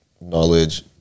knowledge